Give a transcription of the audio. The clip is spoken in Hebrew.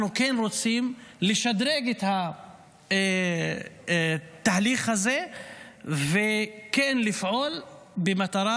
אנחנו רוצים לשדרג את התהליך הזה ולפעול במטרה